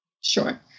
Sure